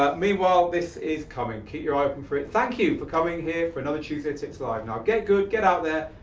ah meanwhile, this is coming, keep your eye open for it. thank you for coming here for another tuesday tips live. now, get good, get out there,